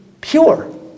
pure